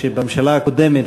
שבממשלה הקודמת,